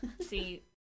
See